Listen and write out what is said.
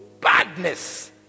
Badness